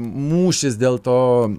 mūšis dėl to